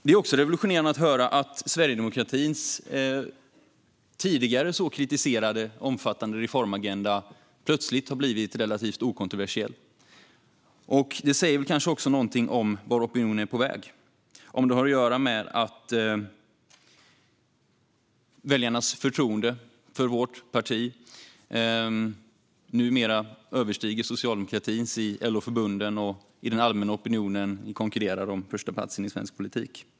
Det är också revolutionerande att höra att sverigedemokratins tidigare så kritiserade och omfattande reformagenda plötsligt har blivit relativt okontroversiell. Det säger kanske också något om vart opinionen är på väg, om det nu har att göra med att väljarnas förtroende för vårt parti numera överstiger förtroendet för socialdemokratin i LO-förbunden och att vi i den allmänna opinionen konkurrerar om förstaplatsen i svensk politik.